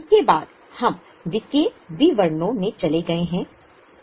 उसके बाद हम वित्तीय विवरणों में चले गए हैं